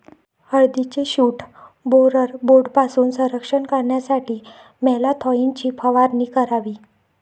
हळदीचे shoot borer बोर्डपासून संरक्षण करण्यासाठी मॅलाथोईनची फवारणी करावी